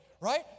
right